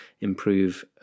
improve